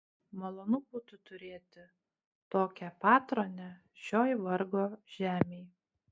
malonu būtų turėti tokią patronę šioj vargo žemėj